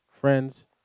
Friends